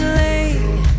late